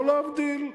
לא להבדיל.